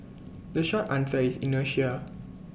the short answer is inertia